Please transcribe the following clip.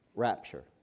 Rapture